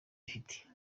ifite